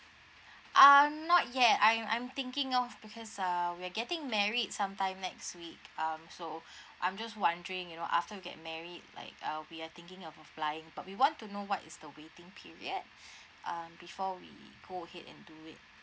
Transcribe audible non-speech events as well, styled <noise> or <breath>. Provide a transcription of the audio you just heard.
uh not yet I I'm thinking of because uh we're getting married sometime next week um so I'm just wondering you know after we get married like uh we are thinking about applying but we want to know what is the waiting period <breath> uh before we go ahead and do it